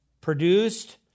produced